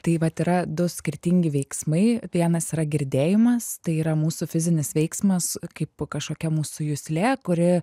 tai vat yra du skirtingi veiksmai vienas yra girdėjimas tai yra mūsų fizinis veiksmas kaip kažkokia mūsų juslė kuri